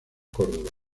córdoba